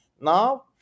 Now